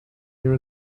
here